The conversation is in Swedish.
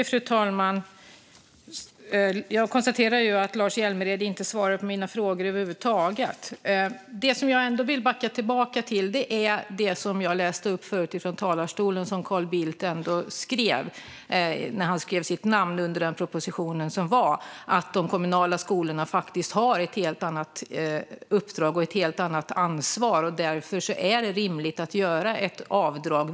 Fru talman! Jag konstaterar att Lars Hjälmered inte svarade på mina frågor över huvud taget. Jag vill backa tillbaka till det som jag läste upp förut från talarstolen och som Carl Bildt skrev när han satte sitt namn under den proposition som fanns, nämligen att de kommunala skolorna faktiskt har ett helt annat uppdrag och ett helt annat ansvar och att det därför är rimligt att göra ett avdrag.